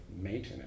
maintenance